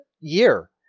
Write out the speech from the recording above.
year